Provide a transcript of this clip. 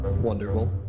Wonderful